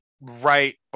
right